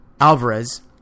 Alvarez